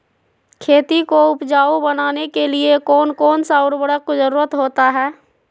खेती को उपजाऊ बनाने के लिए कौन कौन सा उर्वरक जरुरत होता हैं?